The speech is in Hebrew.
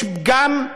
יש פגם,